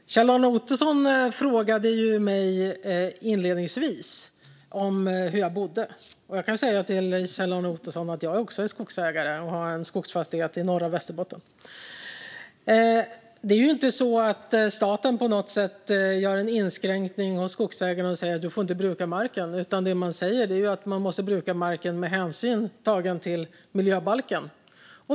Fru talman! Kjell-Arne Ottosson frågade mig inledningsvis hur jag bodde. Jag kan säga till Kjell-Arne Ottosson att jag också är skogsägare; jag har en skogsfastighet i norra Västerbotten. Det är inte så att staten på något sätt gör en inskränkning och säger att skogsägaren inte får bruka marken, utan det staten säger är att man måste bruka marken med hänsyn tagen till miljöbalken.